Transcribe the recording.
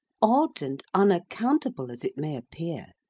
odd and unaccountable as it may appear,